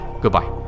Goodbye